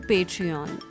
Patreon